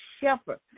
shepherd